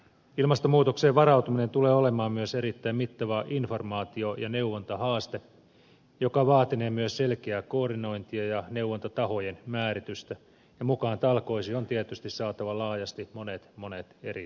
ilmastonmuutokseen varautuminen tulee olemaan myös erittäin mittava informaatio ja neuvontahaaste joka vaatinee myös selkeää koordinointia ja neuvontatahojen määritystä ja mukaan talkoisiin on tietysti saatava laajasti monet monet eri tahot